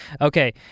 Okay